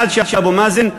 עד שאבו מאזן,